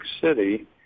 City